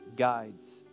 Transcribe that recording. Guides